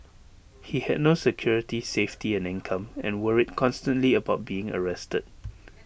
he had no security safety and income and worried constantly about being arrested